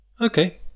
Okay